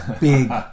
big